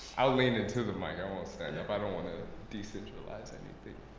i'll lean into the mic. i won't stand up. i don't want to decentralize anything,